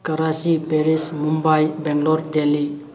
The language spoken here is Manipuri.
ꯀꯔꯥꯆꯤ ꯄꯦꯔꯤꯁ ꯃꯨꯝꯕꯥꯏ ꯕꯦꯡꯒꯂꯣꯔ ꯗꯦꯜꯂꯤ